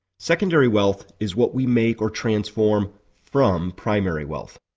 secondary wealth is what we make or transform from primary wealth.